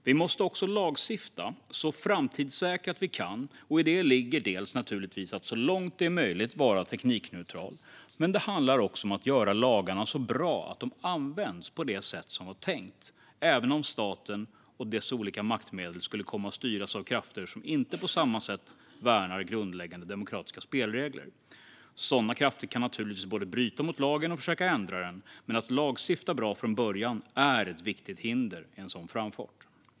Vi måste också lagstifta så framtidssäkrat vi kan, och i detta ligger naturligtvis att så långt det är möjligt vara teknikneutral, men det handlar också om att göra lagarna så bra att de används på det sätt det var tänkt även om staten och dess olika maktmedel skulle komma att styras av krafter som inte på samma sätt värnar grundläggande demokratiska spelregler. Sådana krafter kan förstås både bryta mot lagen och försöka ändra den, men att man lagstiftar bra från början är ett viktigt hinder för en sådan framfart.